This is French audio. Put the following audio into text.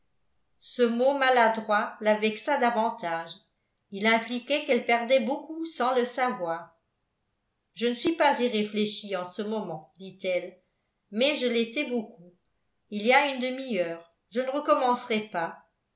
ce mot maladroit la vexa davantage il impliquait qu'elle perdait beaucoup sans le savoir je ne suis pas irréfléchie en ce moment dit-elle mais je l'étais beaucoup il y a une demi-heure je ne recommencerai pas